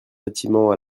bâtiment